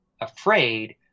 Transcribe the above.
afraid